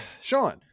Sean